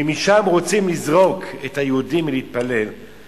אם משם רוצים לזרוק את היהודים מלהתפלל,